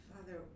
Father